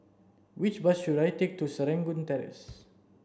which bus should I take to Serangoon Terrace